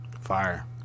fire